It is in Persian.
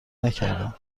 نکردم